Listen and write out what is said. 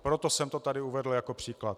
Proto jsem to tady uvedl jako příklad.